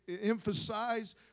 emphasize